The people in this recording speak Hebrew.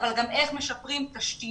אבל גם איך משפרים תשתיות,